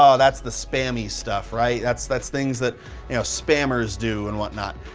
um that's the spammy stuff, right? that's that's things that spammers do and what not.